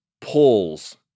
pulls